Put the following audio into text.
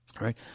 Right